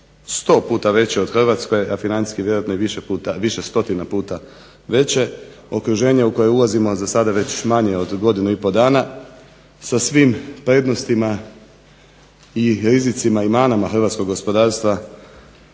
100 puta veće od Hrvatske, a financijski vjerojatno i više stotina puta veće. Okruženje u koje ulazimo za sada već manje od godinu i pol dana sa svim prednostima i rizicima i manama hrvatskog gospodarstva